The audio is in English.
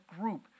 group